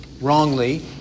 wrongly